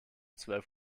zwölf